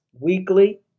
weekly